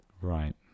Right